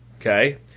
okay